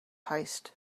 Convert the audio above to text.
heist